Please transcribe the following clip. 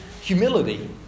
humility